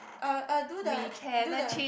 er er do the do the